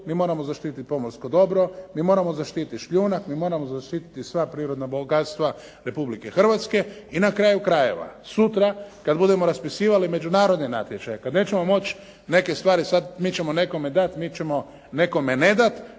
mi moramo zaštititi pomorsko dobro, mi moramo zaštititi šljunak, mi moramo zaštiti sva prirodna bogatstva Republike Hrvatske i na kraju krajeva sutra kad budemo raspisivali međunarodni natječaj, kad nećemo moći neke stvari sad, mi ćemo nekome dati, mi ćemo nekome ne dat.